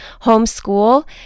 homeschool